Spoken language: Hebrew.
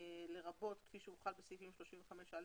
לרבות כפי שהוא חל בסעיפים 35א,